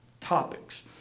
topics